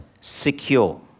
secure